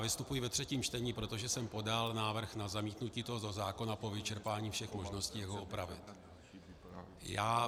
Vystupuji ve třetím čtení, protože jsem podal návrh na zamítnutí tohoto zákona po vyčerpání všech možností, jak ho opravit.